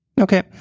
Okay